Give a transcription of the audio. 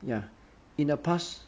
ya in the past